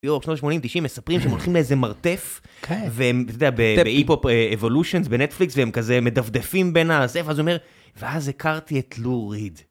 בשנות ה-80', 90', מספרים שהם הולכים לאיזה מרתף, כן? ואתה יודע, ב-Hip-Hop Evolutions, בנטפליקס, והם כזה מדפדפים בין הזה, ואז הוא אומר, ואז הכרתי את לו ריד.